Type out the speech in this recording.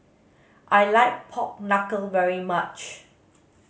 I like pork knuckle very much